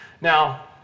Now